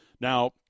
Now